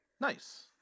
Nice